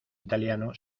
italiano